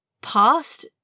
past